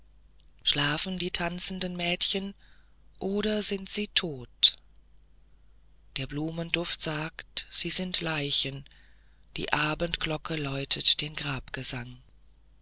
schlafen die tanzenden mädchen oder sind sie tot der blumenduft sagt sie sind leichen die abendglocke läutet den